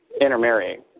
intermarrying